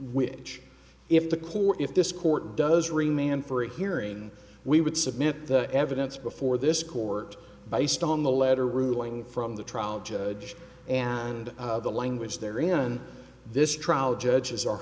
which if the court if this court does remain for a hearing we would submit the evidence before this court by stone the letter ruling from the trial judge and the language there in this trial judges are